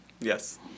Yes